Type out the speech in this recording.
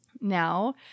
Now